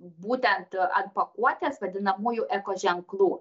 būtent ant pakuotės vadinamųjų eko ženklų